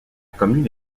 commune